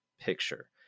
Picture